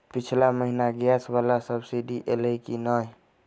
पिछला महीना गैस वला सब्सिडी ऐलई की नहि?